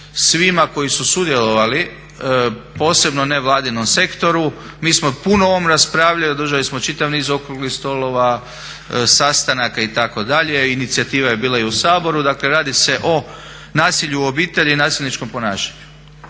svima koji su sudjelovali, posebno nevladinom sektoru. Mi smo puno o ovom raspravljali, održali smo čitav niz okruglih stolova, sastanaka itd. Inicijativa je bila i u Saboru, dakle radi se o nasilju u obitelji i nasilničkom ponašanju.